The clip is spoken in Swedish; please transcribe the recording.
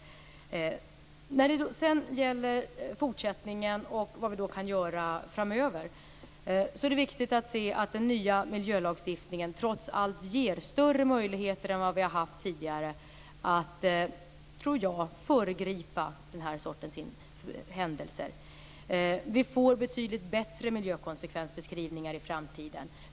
När det sedan gäller fortsättningen och vad vi kan göra framöver är det viktigt att se att den nya miljölagstiftningen trots allt ger större möjligheter än vi har haft tidigare att föregripa den här sortens händelser. Vi får betydligt bättre miljökonsekvensbeskrivningar i framtiden.